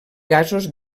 gasos